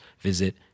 visit